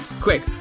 quick